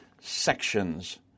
sections